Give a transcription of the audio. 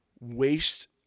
waste